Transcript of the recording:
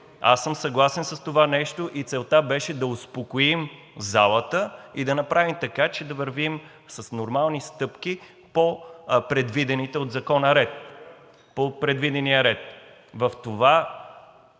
Аз съм съгласен с това нещо и целта беше да успокоим залата и да направим така, че да вървим с нормални стъпки по предвидения ред. Това, което